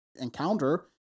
encounter